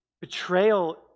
Betrayal